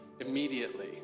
immediately